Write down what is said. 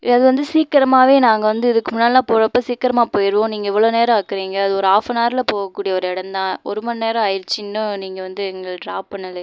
அது வந்து சீக்கிரமாகவே நாங்கள் வந்து இதுக்கு முன்னாடிலாம் போகிறப்ப சீக்கிரமாக போயிடுவோம் நீங்கள் இவ்வளோ நேரம் ஆக்குறிங்கள் அது ஒரு ஆஃப்பனார்ல போகக் கூடிய ஒரு இடந்தான் ஒருமணி நேரம் ஆயிடுச்சு இன்னும் நீங்கள் வந்து எங்களை ட்ராப் பண்ணலை